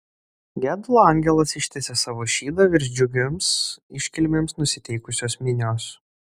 gedulo angelas ištiesė savo šydą virš džiugioms iškilmėms nusiteikusios minios